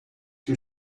que